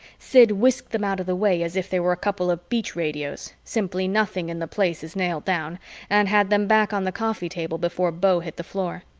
sid whisked them out of the way as if they were a couple of beach radios simply nothing in the place is nailed down and had them back on the coffee table before beau hit the floor.